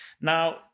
Now